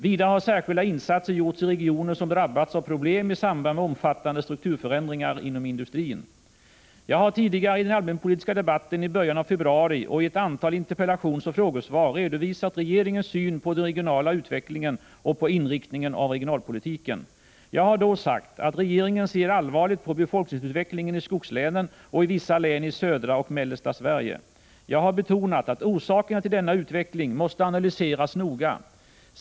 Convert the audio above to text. Vidare har särskilda insatser gjorts i regioner som drabbats av problem i samband med omfattande strukturförändringar inom industrin. Jag har tidigare i den allmänpolitiska debatten i början av februari och i ett antal interpellationsoch frågesvar redovisat regeringens syn på den regionala utvecklingen och på inriktningen av regionalpolitiken. Jag har då sagt att regeringen ser allvarligt på befolkningsutvecklingen i skogslänen och i vissa län i södra och mellersta Sverige. Jag har betonat att orsakerna till denna utveckling måste analyseras noga.